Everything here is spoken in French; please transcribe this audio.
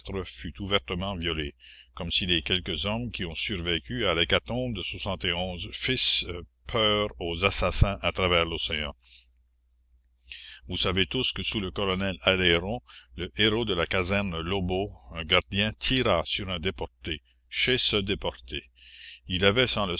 fut ouvertement violé comme si les quelques hommes qui ont survécu à l'hécatombe de fissent peur aux assassins à travers l'océan vous savez tous que sous le colonel aleyron le héros de la caserne lobeau un gardien tira sur un déporté chez ce déporté il avait sans